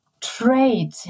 trade